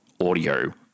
audio